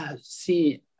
see